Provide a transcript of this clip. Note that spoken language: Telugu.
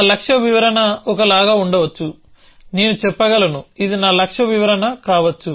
నా లక్ష్య వివరణ ఒక లాగా ఉండవచ్చు నేను చెప్పగలను ఇది నా లక్ష్య వివరణ కావచ్చు